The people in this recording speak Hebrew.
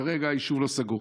כרגע היישוב לא סגור,